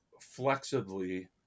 flexibly